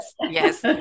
Yes